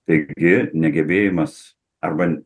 taigi negebėjimas arba